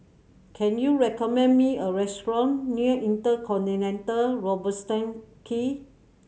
can you recommend me a restaurant near InterContinental Robertson Quay